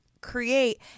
create